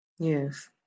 Yes